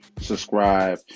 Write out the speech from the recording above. subscribe